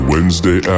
Wednesday